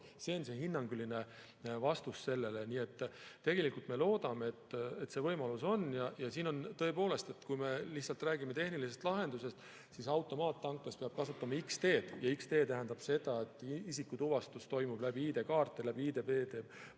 See on hinnanguline vastus sellele. Tegelikult me loodame, et see võimalus on. Tõepoolest, kui me lihtsalt räägime tehnilisest lahendusest, siis automaattanklas peab kasutama X-teed. Ja X-tee tähendab seda, et isikutuvastus toimub läbi ID‑kaardi ja